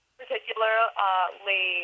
particularly